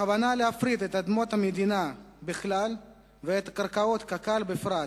הכוונה להפריט את אדמות המדינה בכלל ואת קרקעות קק"ל בפרט,